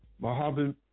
Mohammed